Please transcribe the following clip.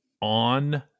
on